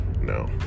No